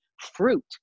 fruit